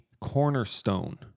cornerstone